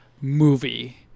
movie